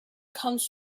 comes